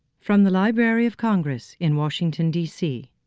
from the library of congress in washington dc.